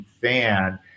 fan